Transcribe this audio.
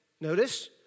notice